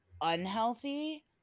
unhealthy